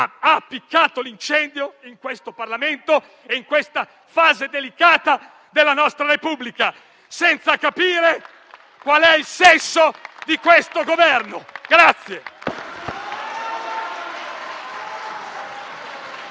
ha appiccato l'incendio in questo Parlamento e in questa fase delicata della nostra Repubblica, senza capire qual è il senso di questo Governo.